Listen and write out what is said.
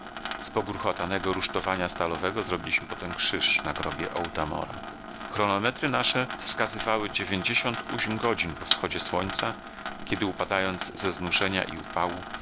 z pogruchotanego rusztowania stalowego zrobiliśmy potem krzyż na grobie otamora chronometry nasze wskazywały dziewięćdziesiąt ośm godzin po wschodzie słońca kiedy upadając ze znużenia i upału